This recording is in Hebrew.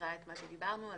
מזכירה את מה שדיברנו על